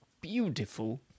beautiful